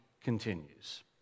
continues